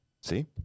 See